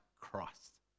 Christ